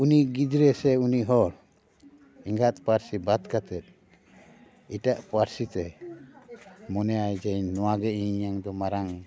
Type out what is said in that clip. ᱩᱱᱤ ᱜᱤᱫᱽᱨᱟᱹ ᱥᱮ ᱩᱱᱤ ᱦᱚᱲ ᱮᱸᱜᱟᱛ ᱯᱟᱹᱨᱥᱤ ᱵᱟᱫ ᱠᱟᱛᱮᱫ ᱮᱴᱟᱜ ᱯᱟᱹᱨᱥᱤ ᱛᱮ ᱢᱚᱱᱮᱭᱟᱭ ᱡᱮ ᱱᱚᱣᱟᱜᱮ ᱤᱧᱟᱹᱝ ᱫᱚ ᱢᱟᱨᱟᱝ